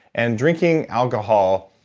and drinking alcohol